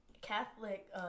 Catholic